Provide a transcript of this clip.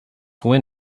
win